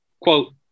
quote